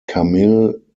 camille